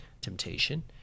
temptation